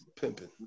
Pimping